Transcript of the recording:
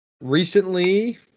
Recently